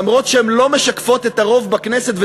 אף שהיא לא משקפת את הרוב בכנסת.